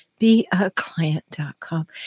Beaclient.com